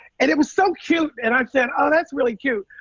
and it was so cute, and i said, oh, that's really cute.